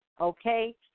Okay